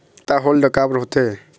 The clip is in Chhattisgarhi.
खाता होल्ड काबर होथे?